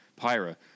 Pyra